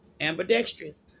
ambidextrous